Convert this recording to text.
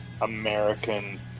American